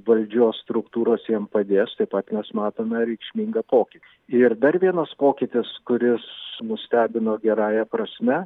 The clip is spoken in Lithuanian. valdžios struktūros jiem padės taip pat mes matome reikšmingą pokytį ir dar vienas pokytis kuris nustebino gerąja prasme